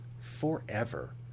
forever